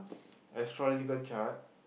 astrological chart